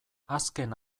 azken